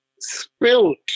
spilt